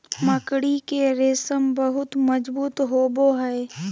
मकड़ी के रेशम बहुत मजबूत होवो हय